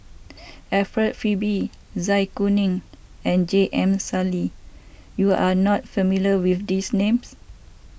Alfred Frisby Zai Kuning and J M Sali you are not familiar with these names